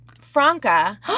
Franca